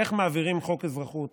איך מעבירים חוק אזרחות